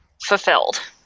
fulfilled